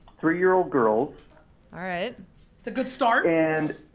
three-year-old girls all right. it's a good start. and,